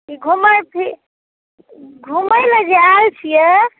घूमय फि घूमय ले जे आयल छियै